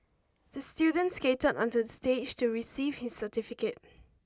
the student skated onto the stage to receive his certificate